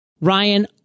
ryan